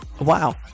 wow